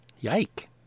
yike